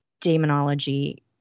Demonology